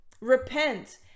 Repent